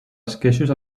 esqueixos